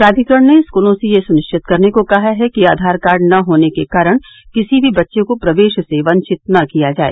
प्राधिकरण ने स्कूलों से यह सुनिश्चित करने को कहा है कि आधार कार्ड न होने के कारण किसी भी बच्चे को प्रवेश से वंचित न किया जाए